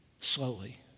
slowly